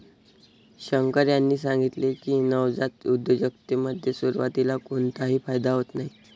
शंकर यांनी सांगितले की, नवजात उद्योजकतेमध्ये सुरुवातीला कोणताही फायदा होत नाही